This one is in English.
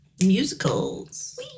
musicals